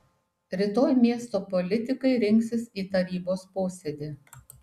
rytoj miesto politikai rinksis į tarybos posėdį